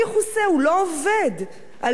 הוא לא עובד, על מה לסבסד?